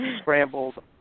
scrambled